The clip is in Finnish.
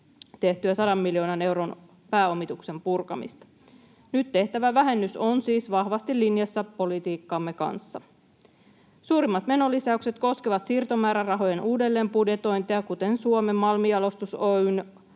tehdyn 100 miljoonan euron pääomituksen purkamista. Nyt tehtävä vähennys on siis vahvasti linjassa politiikkamme kanssa. Suurimmat menolisäykset koskevat siirtomäärärahojen uudelleenbudjetointeja, kuten Suomen Malmijalostus Oy:n